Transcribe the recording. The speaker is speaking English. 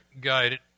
guided